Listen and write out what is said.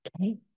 okay